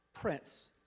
prince